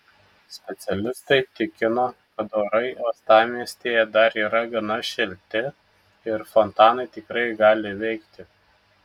specialistai tikino kad orai uostamiestyje dar yra gana šilti ir fontanai tikrai gali veikti